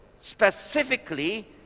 specifically